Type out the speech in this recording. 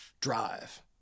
drive